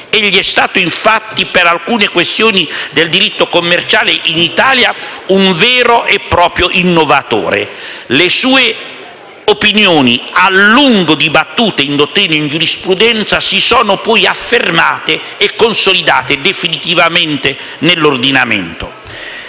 Egli è stato infatti, per alcune questioni del diritto commerciale in Italia, un vero e proprio innovatore. Le sue opinioni, a lungo dibattute in dottrina e in giurisprudenza, si sono poi affermate e consolidate definitivamente nell'ordinamento.